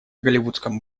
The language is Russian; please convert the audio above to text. голливудском